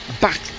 back